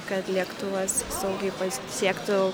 kad lėktuvas saugiai pasiektų